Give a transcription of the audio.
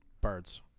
Birds